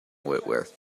whitworth